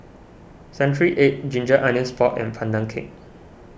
Century Egg Ginger Onions Pork and Pandan Cake